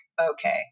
okay